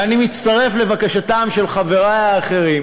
ואני מצטרף לבקשתם של חברי האחרים: